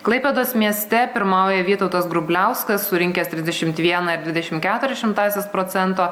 klaipėdos mieste pirmauja vytautas grubliauskas surinkęs trisdešimt vieną ir dvidešimt keturias šimtąsias procento